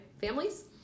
families